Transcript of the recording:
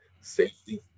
safety